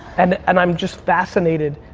and and i'm just fascinated,